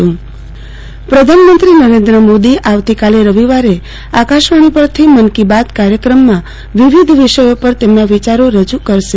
આરતીબેન ભદ્દ મન કી બાત પ્રધાનમંત્રી નરેન્દ્ર મોદી આવતી કાલે રવિવારે આકાશવાણી પરથી મન કી બાત કાર્યક્રમમાં વિવિધ વિષયો ઉપર તેમના વિચારો રજૂ કરશે